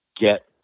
get